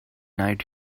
night